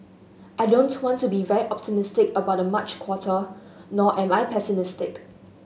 I don't want to be very optimistic about the March quarter nor am I pessimistic